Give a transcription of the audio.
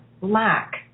lack